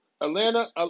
Atlanta